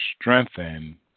Strengthen